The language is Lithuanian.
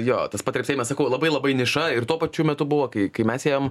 jo tas patrepsėjimas sakau labai labai niša ir tuo pačiu metu buvo kai kai mes ėjom